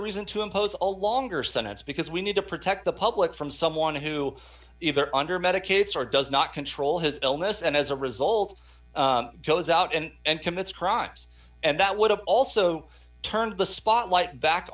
a reason to impose a longer sentence because we need to protect the public from someone who if they're under medicaid sort does not control his illness and as a result goes out and commits crimes and that would have also turned the spotlight back